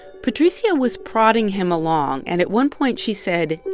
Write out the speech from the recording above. patricia was prodding him along. and at one point, she said,